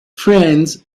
friend